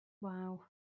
Wow